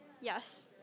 Yes